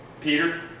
Peter